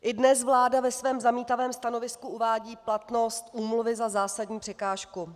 I dnes vláda ve svém zamítavém stanovisku uvádí platnost úmluvy za zásadní překážku.